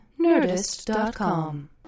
Nerdist.com